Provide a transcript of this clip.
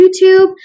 YouTube